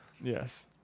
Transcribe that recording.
yes